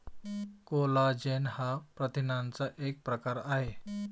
collagen हा प्रथिनांचा एक प्रकार आहे